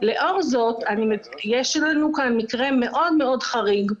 לאור זאת, יש לנו כאן מקרה מאוד מאוד חריג.